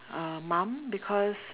uh mum because